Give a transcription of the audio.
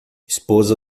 esposa